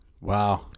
Wow